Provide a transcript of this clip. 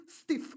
stiff